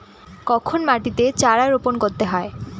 কখন মাটিতে চারা রোপণ করতে হয়?